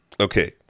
okay